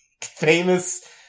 Famous